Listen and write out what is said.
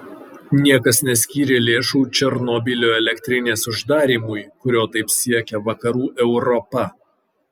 niekas neskyrė lėšų černobylio elektrinės uždarymui kurio taip siekia vakarų europa